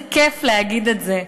איזה כיף להגיד את זה,